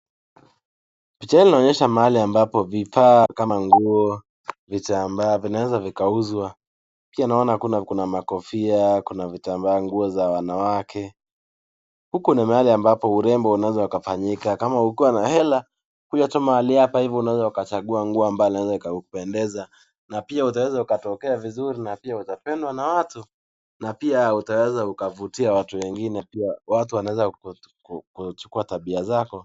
Mahali ambapo vifaa kama nguo, vitamba vinaweza vikauzwa. Kuna makofia, vitamba, nguo za wanawake. Huku ni mahali ambapo urembo unaweza ukafanyika kama ukiwa na hela kuja tu mahali hapa hivi unaweza kuchagua nguo ambao inawezakupendeza na pia utaweza kutokea vizuri na pia utapendwa na watu na pia utaweza ukavutia watu wengine pia watu wanaweza kuchukuwa tabia zako.